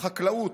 בחקלאות,